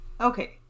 Okay